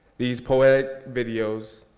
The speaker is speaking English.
these poetic videos,